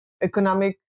economic